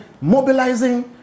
mobilizing